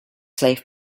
slave